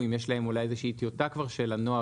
אם יש להם אולי איזושהי טיוטה כבר של הנוהל,